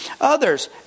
others